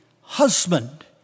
husband